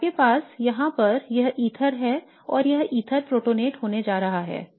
तो आपके पास यहाँ पर यह ईथर है और यह ईथर प्रोटोनेट होने जा रहा है